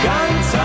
Ganz